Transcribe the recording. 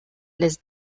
les